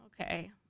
Okay